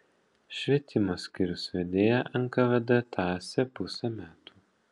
švietimo skyriaus vedėją nkvd tąsė pusę metų